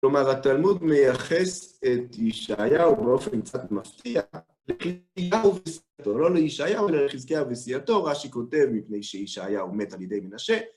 כלומר, התלמוד מייחס את ישעיהו באופן קצת מפתיע לחזקייהו וסיעתו, לא לישעיהו אלא לחזקייהו וסיעתו, רשי כותב, מפני שישעיהו מת על ידי מנשה.